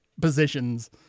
positions